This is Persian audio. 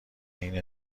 این